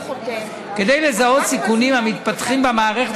כדי לזהות סיכונים המתפתחים במערכת